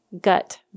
gut